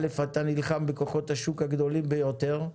א', אתה נלחם בכוחות השוק הגדולים ביותר,